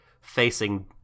facing